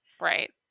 Right